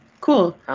Cool